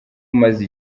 umaze